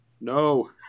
no